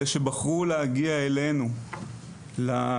אלה שבחרו להגיע אלינו לשבעה,